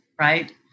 right